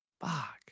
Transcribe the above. Fuck